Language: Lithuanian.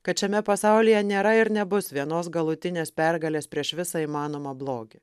kad šiame pasaulyje nėra ir nebus vienos galutinės pergalės prieš visą įmanomą blogį